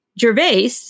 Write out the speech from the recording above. Gervais